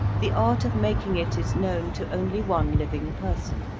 the art of making it is known to only one living person,